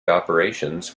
operations